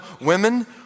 women